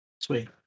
Sweet